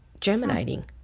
germinating